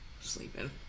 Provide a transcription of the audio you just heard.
sleeping